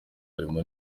harimo